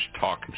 talk